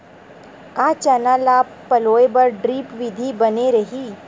का चना ल पलोय बर ड्रिप विधी बने रही?